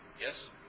Yes